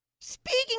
Speaking